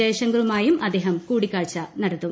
ജയശങ്കറുമായും അദ്ദേഹം കൂടി ക്കാഴ്ച നടത്തും